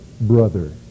brother